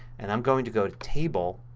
and i'm going to go to table,